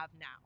now